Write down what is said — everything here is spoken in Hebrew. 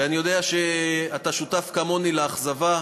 ואני יודע שאתה שותף כמוני לאכזבה.